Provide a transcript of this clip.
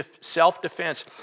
self-defense